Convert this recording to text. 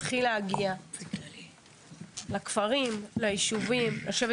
צריכים להתחיל להגיע לכפרים וליישובים ולשבת